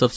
F